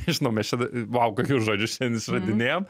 nežinau mes čia vau kokius žodžius šiandien išradinėjam